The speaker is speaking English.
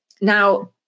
Now